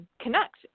connect